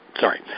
Sorry